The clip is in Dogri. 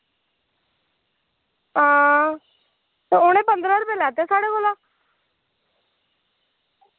हां ते उ'नै पंदरां रपे लैते साढ़े कोला